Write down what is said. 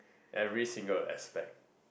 every single aspect